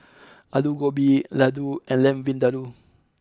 Alu Gobi Ladoo and Lamb Vindaloo